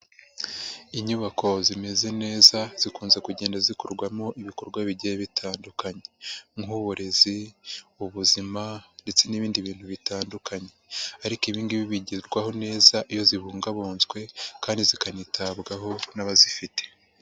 Inyubako zimeze neza zikunze kugenda zikorwamo ibikorwa bigiye bitandukanye, nk'uburezi, ubuzima, ndetse n'ibindi bintu bitandukanye, ariko ibi ngibi bigerwaho neza iyo zibungabunzwe kandi zikanitabwaho n'abazifite.